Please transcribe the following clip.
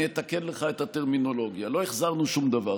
אני אתקן לך את הטרמינולוגיה: לא החזרנו שום דבר.